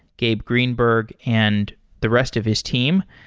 gabe greenberg, and the rest of his team.